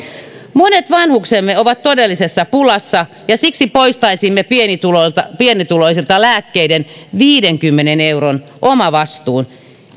monet vanhuksemme ovat todellisessa pulassa ja siksi poistaisimme pienituloisilta pienituloisilta lääkkeiden viidenkymmenen euron omavastuun